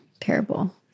terrible